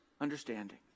understanding